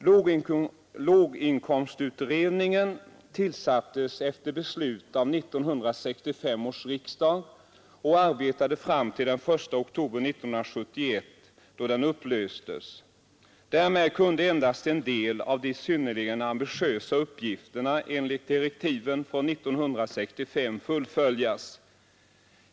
Låginkomstutredningen tillsattes efter beslut av 1965 års riksdag och arbetade fram till den 1 oktober 1971 då den upplöstes. Därmed kunde endast en del av de synnerligen ambitiösa uppgifterna enligt direktiven från 1965 fullföljas.